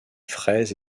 fraises